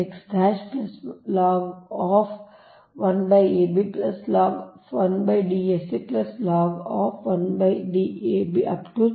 log 1 D n